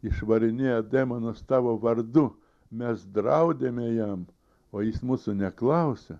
išvarinėja demonus tavo vardu mes draudėme jam o jis mūsų neklausė